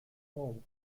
home